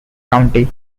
county